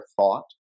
thought